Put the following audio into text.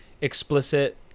explicit